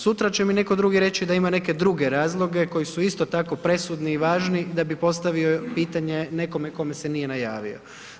Sutra će mi neko drugi reći da ima neke druge razloge koji su isto tako presudni i važni da bi postavio pitanje nekome kome se nije najavio.